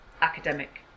academic